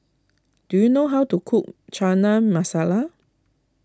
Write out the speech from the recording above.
do you know how to cook Chana Masala